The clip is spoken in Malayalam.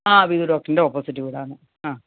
ആ വിധു ഡോക്ടറിൻ്റെ ഓപ്പോസിറ്റ് വീടാണ് ആ